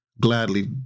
gladly